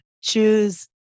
choose